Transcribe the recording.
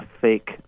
fake